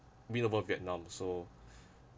win over vietnam so